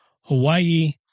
HAWAII